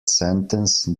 sentence